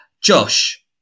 Josh